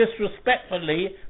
disrespectfully